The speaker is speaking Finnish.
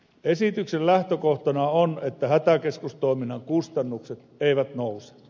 esityksen lähtökohtana on että hätäkeskustoiminnan kustannukset eivät nouse